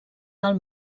del